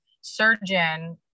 surgeon